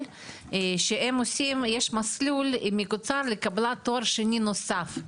שעושים מסלול מקוצר לקבלת תואר שני נוסף.